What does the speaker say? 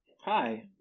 Hi